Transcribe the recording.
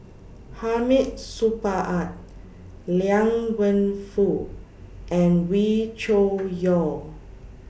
Hamid Supaat Liang Wenfu and Wee Cho Yaw